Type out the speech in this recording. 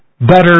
better